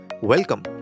welcome